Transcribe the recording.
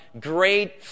great